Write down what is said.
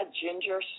ginger